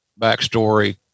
backstory